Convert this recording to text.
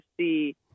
see